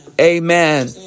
Amen